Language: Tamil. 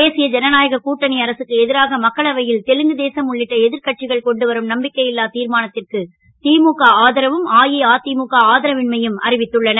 தேசிய ஜனநாயக கூட்டணி அரசுக்கு எ ராக மக்களவை ல் தெலுங்கு தேசம் உள்ளிட்ட எ ர்க்கட்சிகள் கொண்டுவரும் நம்பிக்கை ல்லா தீர்மானத் ற்கு முக ஆதரவும் அஇஅ முக ஆதரவின்மையும் அறிவித்துள்ளன